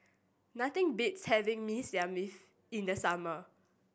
nothing beats having Mee Siam in the summer